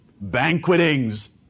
banquetings